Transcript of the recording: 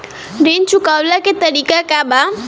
ऋण चुकव्ला के तरीका का बा?